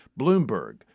Bloomberg